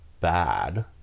bad